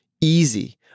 easy